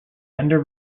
under